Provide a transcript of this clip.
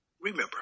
Remember